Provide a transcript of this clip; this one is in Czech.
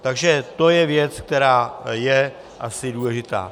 Takže to je věc, která je asi důležitá.